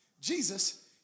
Jesus